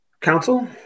Council